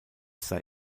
sei